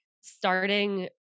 starting